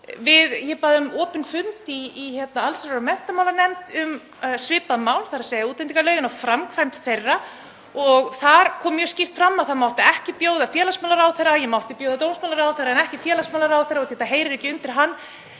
Ég bað um opinn fund í allsherjar- og menntamálanefnd um svipað mál, þ.e. útlendingalögin og framkvæmd þeirra. Þar kom mjög skýrt fram að það mætti ekki bjóða félagsmálaráðherra. Ég mátti bjóða dómsmálaráðherra en ekki félagsmálaráðherra af því að þetta heyrir ekki undir hann.